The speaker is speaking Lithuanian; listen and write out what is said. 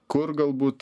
kur galbūt